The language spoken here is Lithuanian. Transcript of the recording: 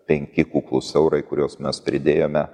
penki kuklūs eurai kuriuos mes pridėjome